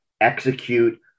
execute